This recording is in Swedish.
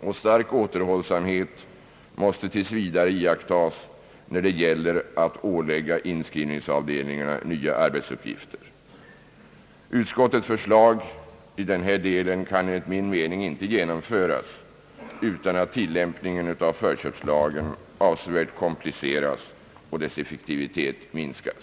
och stark återhållsamhet måste tills vidare iakttas när det gäller att ålägga inskrivningsavdelningarna nya arbetsuppgifter. Utskottets förslag i denna del kan enligt min mening inte genomföras utan att tillämpningen av förköpslagen avsevärt kompliceras och dess effektivitet minskas.